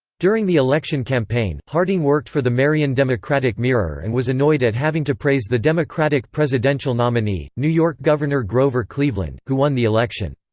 during the election campaign, harding worked for the marion democratic mirror and was annoyed at having to praise the democratic presidential nominee, new york governor grover cleveland, who won the election.